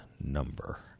number